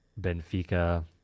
Benfica